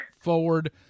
forward